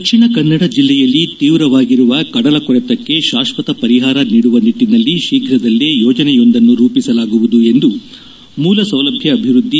ದಕ್ಷಿಣ ಕನ್ನಡ ಜಿಲ್ಲೆಯಲ್ಲಿ ತೀವ್ರವಾಗಿರುವ ಕಡಲ ಕೊರೆತಕ್ಕೆ ಶಾಕ್ವತ ಪರಿಹಾರ ನೀಡುವ ನಿಟ್ಟನಲ್ಲಿ ತೀಪುದಲ್ಲೇ ಯೋಜನೆಯೊಂದನ್ನು ರೂಪಿಸಲಾಗುವುದು ಎಂದು ಮೂಲ ಸೌಲಭ್ಯ ಅಭಿವೃದ್ಧಿ